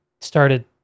started